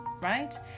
right